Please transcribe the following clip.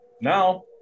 Now